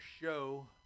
show